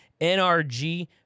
NRG